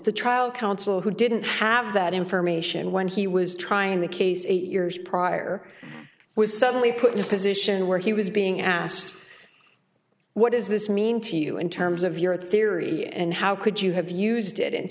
the trial counsel who didn't have that information when he was trying the case eight years prior was suddenly put in a position where he was being asked what does this mean to you in terms of your theory and how could you have used it and